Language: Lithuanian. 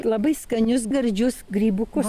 labai skanius gardžius grybukus